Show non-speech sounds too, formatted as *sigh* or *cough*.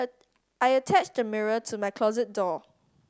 *hesitation* I attached the mirror to my closet door